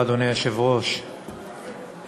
אדוני היושב-ראש,